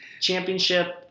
Championship